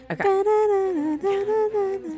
Okay